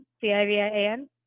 C-I-V-I-A-N